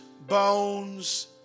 bones